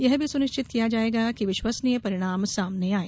यह भी सुनिश्चित किया जायेगा कि विश्वसनीय परिणाम सामने आये